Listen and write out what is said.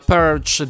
Perch